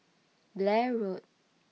Blair Road